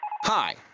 Hi